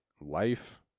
life